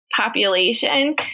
population